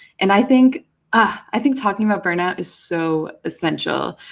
and i think ah i think talking about burnout is so essential.